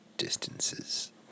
distances